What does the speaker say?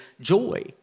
joy